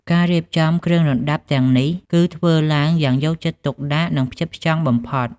ការរៀបចំគ្រឿងរណ្តាប់ទាំងនេះគឺធ្វើឡើងយ៉ាងយកចិត្តទុកដាក់ និងផ្ចិតផ្ចង់បំផុត។